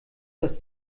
das